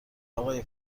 آقای